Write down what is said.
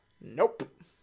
nope